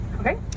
okay